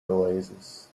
oasis